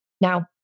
Now